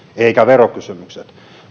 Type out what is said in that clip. eivätkä verokysymykset